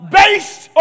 based